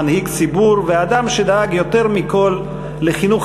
מנהיג ציבור ואדם שדאג יותר מכול לחינוך